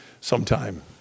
sometime